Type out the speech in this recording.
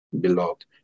beloved